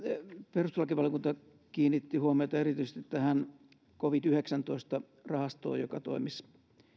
perustuslakivaliokunta kiinnitti huomiota erityisesti tähän covid yhdeksäntoista rahastoon joka toimisi